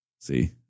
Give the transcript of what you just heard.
See